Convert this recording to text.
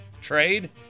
trade